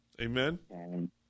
Amen